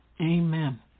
Amen